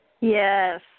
Yes